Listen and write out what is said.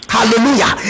Hallelujah